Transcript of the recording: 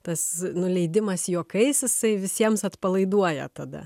tas nuleidimas juokais jisai visiems atpalaiduoja tada